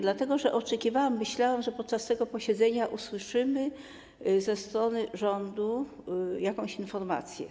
Dlatego, że oczekiwałam, myślałam, że podczas tego posiedzenia usłyszymy ze strony rządu jakąś informację.